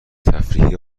تفریحی